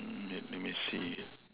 mm wait let me see